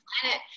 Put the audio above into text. planet